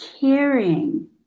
caring